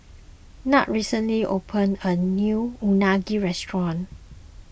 Nat recently opened a new Unagi restaurant